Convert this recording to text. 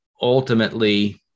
ultimately